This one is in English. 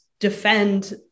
defend